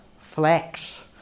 flax